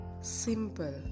simple